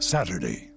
Saturday